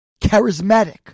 charismatic